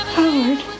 Howard